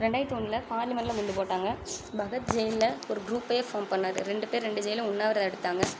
ரெண்டாயிரத்தி ஒன்றுல பார்லிமண்ட்ல குண்டு போட்டாங்கள் பகத் ஜெயில்ல ஒரு க்ரூப்பையே ஃபார்ம் பண்ணார் ரெண்டு பேர் ரெண்டு ஜெயில்ல உண்ணாவிரதம் எடுத்தாங்கள்